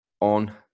on